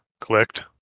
clicked